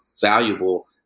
valuable